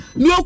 no